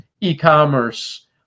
e-commerce